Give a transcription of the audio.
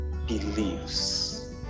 believes